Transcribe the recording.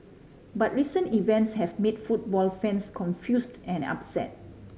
but recent events have made football fans confused and upset